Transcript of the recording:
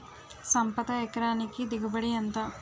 సంపద ఎకరానికి దిగుబడి ఎంత?